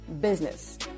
business